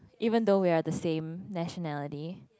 even though we are the same nationality